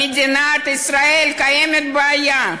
במדינת ישראל קיימת בעיה.